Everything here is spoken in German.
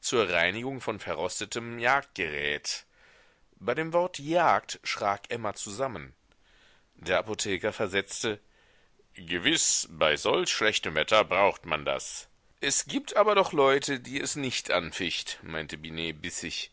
zur reinigung von verrostetem jagdgerät bei dem wort jagd schrak emma zusammen der apotheker versetzte gewiß bei solch schlechtem wetter braucht man das es gibt aber doch leute die es nicht anficht meinte binet bissig